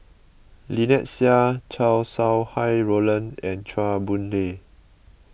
Lynnette Seah Chow Sau Hai Roland and Chua Boon Lay